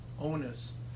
onus